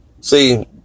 See